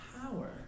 power